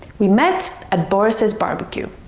we met at boris's barbecue